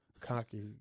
cocky